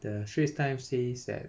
the straits times says that